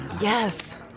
Yes